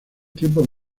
hermano